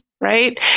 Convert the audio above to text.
right